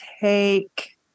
take